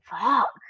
fuck